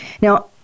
Now